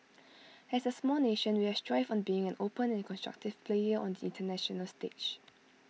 as A small nation we have thrived on being an open and constructive player on the International stage